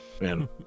Man